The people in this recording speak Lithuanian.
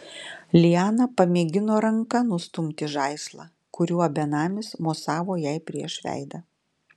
liana pamėgino ranka nustumti žaislą kuriuo benamis mosavo jai prieš veidą